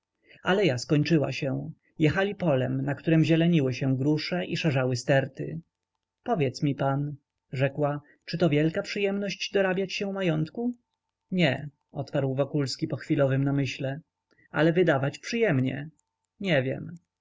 wschodzie aleja skończyła się jechali polem na którem zieleniły się grusze i szarzały sterty powiedz mi pan rzekła czy to wielka przyjemność dorabiać się majątku nie odparł wokulski po chwilowym namyśle ale wydawać przyjemnie nie wiem